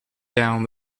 down